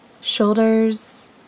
shoulders